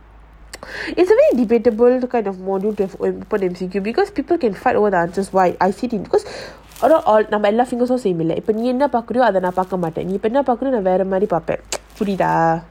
easily debatable kind of module to have an open M_C_Q because people can fight over the answers why I feelbecause although நீஎன்னபாக்குறியோஅதநான்பாக்கமாட்டேன்நீஎன்னபாக்குறியோநான்அதவேறமாதிரிபார்ப்பேன்புரியுதா:nee enna pakurio adha nan paarka maten nee enna pakurio nan adha vera madhiri parpen puriutha